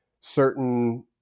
certain